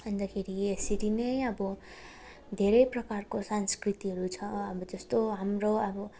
अन्तखेरि यसरी नै अब धेरै प्रकारको संस्कृतिहरू छ जस्तो हाम्रो अब